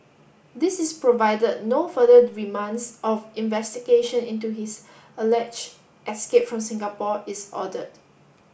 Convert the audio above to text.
this is provided no further remands of investigation into his alleged escape from Singapore is ordered